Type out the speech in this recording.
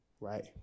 right